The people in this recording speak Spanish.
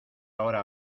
ahora